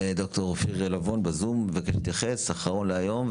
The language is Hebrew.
ד"ר אופיר לבון מבקש להתייחס בזום.